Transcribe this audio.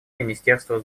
министерства